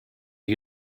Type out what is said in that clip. you